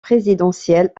présidentielles